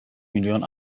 milyon